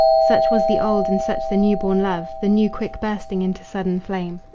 such was the old and such the new-born love the new quick bursting into sudden flame,